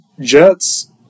Jets